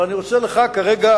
אבל אני רוצה לך להשיב כרגע.